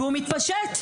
והוא מתפשט.